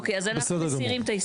אוקיי, אז אנחנו מסירים את ההסתייגות.